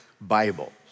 Bible